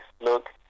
look